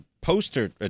poster